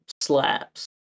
slaps